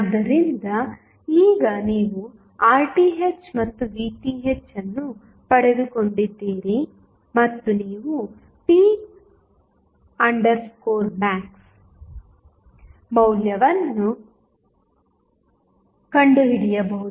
ಆದ್ದರಿಂದ ಈಗ ನೀವು Rth ಮತ್ತು Vth ಅನ್ನು ಪಡೆದುಕೊಂಡಿದ್ದೀರಿ ಮತ್ತು ನೀವು p max ಮೌಲ್ಯವನ್ನು ಕಂಡುಹಿಡಿಯಬಹುದು